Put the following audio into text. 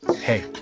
hey